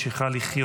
חברים!